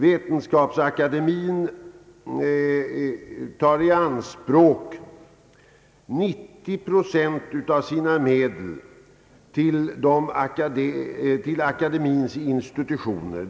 Vetenskapsakademien använder 90 procent av sina medel till akademiens institutioner.